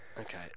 okay